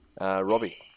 Robbie